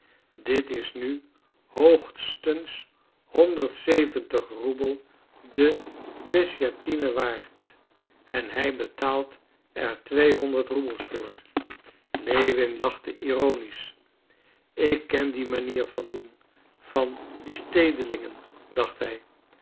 dit is nu hoogstens honderd zeventig roebel de desjatine waard en hij betaalt er tweehonderd roebels voor lewin lachte ironisch ik ken die manier van doen van die stedelingen dacht hij